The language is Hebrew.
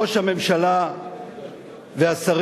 ראש הממשלה והשרים,